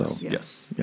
Yes